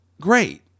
great